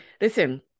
Listen